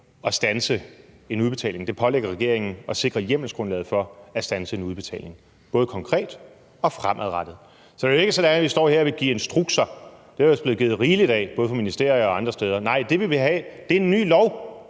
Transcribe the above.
at standse udbetalingen; det pålægger regeringen at sikre hjemmelsgrundlaget for at standse en udbetaling, både konkret og fremadrettet. Så det er jo ikke sådan, at vi står her og vil give instrukser – dem er der ellers blevet givet rigeligt af, både fra ministeriet og fra andre steder – nej, det, vi vil have, er en ny lov.